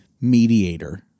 mediator